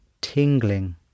tingling